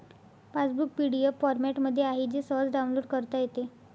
passbook PDF फॉरमॅटमध्ये आहे जे सहज डाउनलोड करता येते